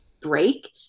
break